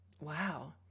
wow